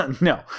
No